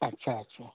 अच्छा अच्छा